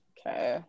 Okay